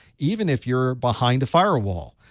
even if you're behind a firewall.